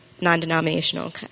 non-denominational